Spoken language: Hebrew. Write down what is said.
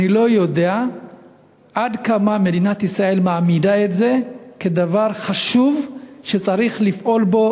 אני לא יודע עד כמה מדינת ישראל מעמידה את זה כדבר חשוב שצריך לפעול בו,